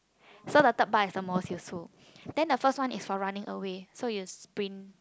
so the third bar is the most useful then the first one is for running away so you sprint